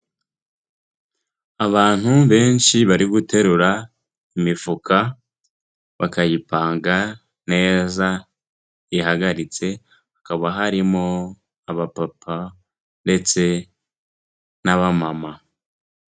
Abantu benshi bari guterura imifuka bakayipanga neza ihagaritse, hakaba harimo abapapa ndetse n'abamama.